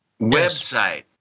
website